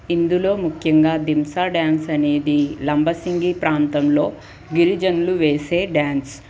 ఇందులో ముఖ్యంగా థింసా డ్యాన్స్ అనేది లంబసింగి ప్రాంతంలో గిరిజనులు వేసే డ్యాన్స్